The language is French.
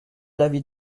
l’avis